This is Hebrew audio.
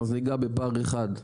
אז נגע בפער אחד.